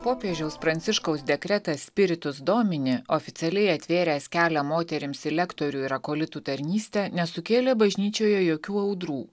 popiežiaus pranciškaus dekrete spiritus domini oficialiai atvėręs kelią moterims į lektorių ir akolitų tarnystę nesukėlė bažnyčioje jokių audrų